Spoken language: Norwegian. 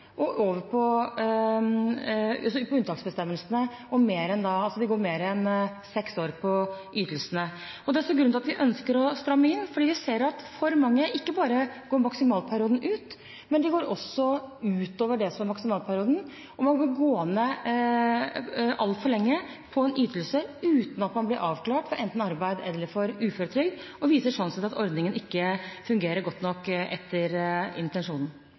ut over maksimal varighet og over på unntaksbestemmelsene. De går mer enn seks år på ytelsene. Det er grunnen til at vi ønsker å stramme inn. Vi ser at for mange ikke bare går ut maksimalperioden, men de går også ut over det som er maksimalperioden. Man blir gående altfor lenge på ytelser uten at man blir avklart for enten arbeid eller uføretrygd, noe som viser at ordningen ikke fungerer godt nok etter intensjonen.